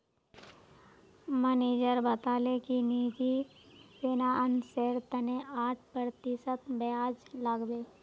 manager बताले कि निजी फिनांसेर तने आठ प्रतिशत ब्याज लागबे